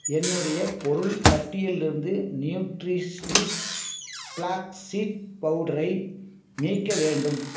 என்னுடைய பொருள் பட்டியலிலிருந்து நியூட்ரிஷ்விஷ் ஃப்ளாக் சீட் பவுடரை நீக்க வேண்டும்